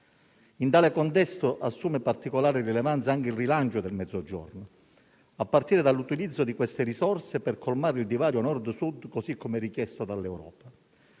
In tale contesto assume particolare rilevanza anche il rilancio del Mezzogiorno, a partire dall'utilizzo di queste risorse per colmare il divario Nord-Sud, così come richiesto dall'Europa.